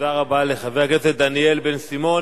תודה רבה לחבר הכנסת דניאל בן-סימון.